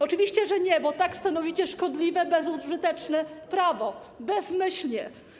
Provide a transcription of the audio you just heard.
Oczywiście, że nie, bo tak stanowicie szkodliwe, bezużyteczne prawo - bezmyślnie.